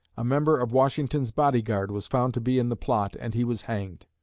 a member of washington's body-guard was found to be in the plot and he was hanged.